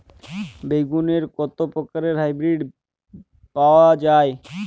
বেগুনের কত প্রকারের হাইব্রীড পাওয়া যায়?